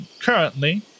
currently